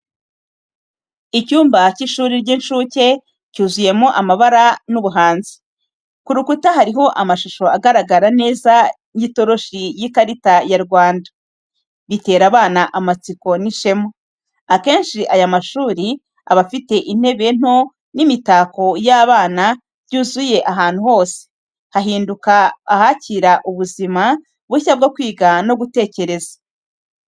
Icyumba cy'ishuri ry'incuke, cyuzuyemo amabara n'ubuhanzi. Ku rukuta hariho amashusho agaragara neza y’itoroshi n'ikarita ya Rwanda, bitera abana amatsiko n'ishema. Akenshi aya mashuri aba afite intebe nto n’imitako y’abana byuzuye aho hantu, hahinduka ahakira ubuzima bushya bwo kwiga no gutekereza.